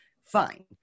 fine